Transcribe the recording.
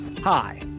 Hi